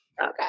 Okay